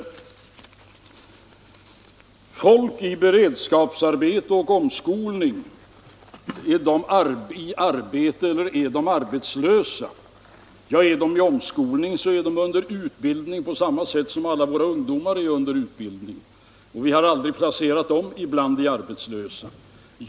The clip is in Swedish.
Människor i beredskapsarbete och omskolning — är de i arbete eller är de arbetslösa? Ja, är de i omskolning så är de under utbildning på samma sätt som alla våra ungdomar är under utbildning — och vi har aldrig placerat dem bland de arbetslösa.